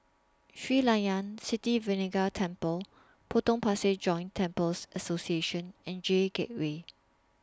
Sri Layan Sithi Vinayagar Temple Potong Pasir Joint Temples Association and J Gateway